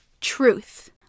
truth